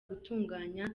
gutunganya